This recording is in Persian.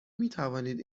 میتوانید